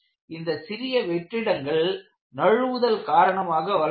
இந்த சிறிய வெற்றிடங்கள் நழுவுதல் காரணமாக வளர்கிறது